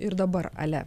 ir dabar ale